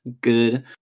good